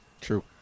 True